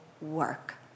work